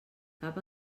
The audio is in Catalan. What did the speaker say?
cap